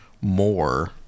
more